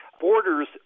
borders